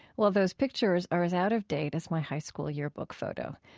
well, those pictures are as out of date as my high school yearbook photo.